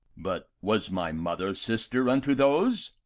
but was my mother sister unto those?